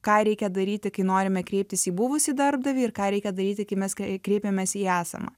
ką reikia daryti kai norime kreiptis į buvusį darbdavį ir ką reikia daryti kai mes kreipiamės į esamą